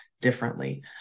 differently